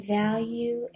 value